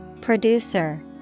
Producer